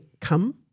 come